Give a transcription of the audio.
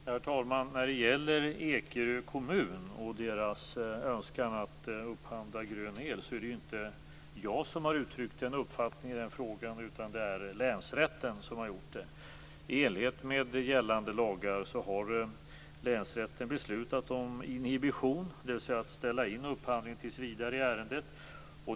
Herr talman! När det gäller Ekerö kommun och dess önskan att upphandla grön el är det ju inte jag som har uttryckt en uppfattning utan länsrätten. I enlighet med gällande lagar har länsrätten beslutat om inhibition, dvs. att ställa in upphandlingen tills vidare i ärendet.